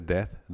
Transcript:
Death